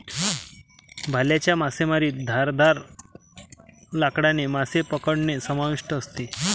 भाल्याच्या मासेमारीत धारदार लाकडाने मासे पकडणे समाविष्ट असते